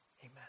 Amen